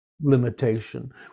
limitation